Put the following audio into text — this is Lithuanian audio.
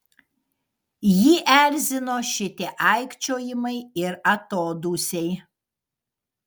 jį erzino šitie aikčiojimai ir atodūsiai